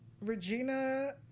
Regina